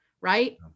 right